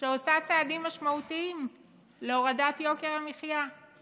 שעושה צעדים משמעותיים להורדת יוקר המחיה אני